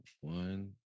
one